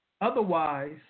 Otherwise